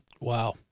Wow